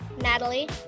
Natalie